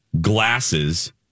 Glasses